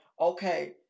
okay